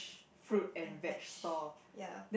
fruit and veg ya